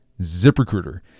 ZipRecruiter